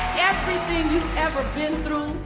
everything you've ever been through,